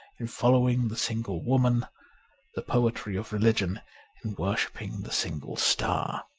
in following the single woman the poetry of religion in worshipping the single star.